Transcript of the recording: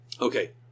Okay